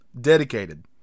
dedicated